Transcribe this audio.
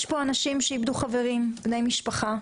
יש פה אנשים שאיבדו חברים, בני משפחה,